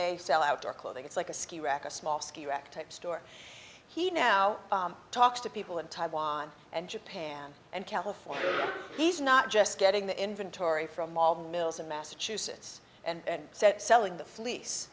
they sell outdoor clothing it's like a ski rack of small ski rack type store he now talks to people in taiwan and japan and california he's not just getting the inventory from all the mills in massachusetts and said selling the fle